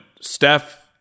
Steph